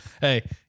Hey